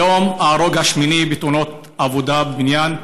היום ההרוג השמיני בתאונות עבודה בבניין.